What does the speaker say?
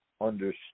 understood